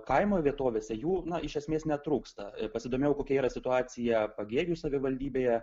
kaimo vietovėse jų iš esmės netrūksta ir pasidomėjau kokia yra situacija pagėgių savivaldybėje